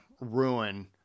ruin